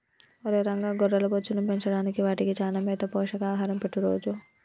ఒరై రంగ గొర్రెల బొచ్చును పెంచడానికి వాటికి చానా మేత పోషక ఆహారం పెట్టు రోజూ